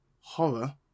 horror